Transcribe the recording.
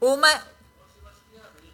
שהיא משקיעה, ב"איכילוב".